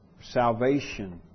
Salvation